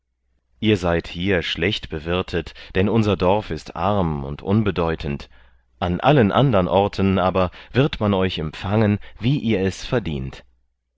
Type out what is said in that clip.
ihr seid hier schlecht bewirthet denn unser dorf ist arm und unbedeutend an allen andern orten aber wird man euch empfangen wie ihr es verdient